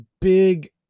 big